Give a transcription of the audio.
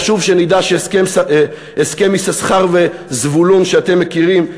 חשוב שנדע שהסכם יששכר וזבולון שאתם מכירים,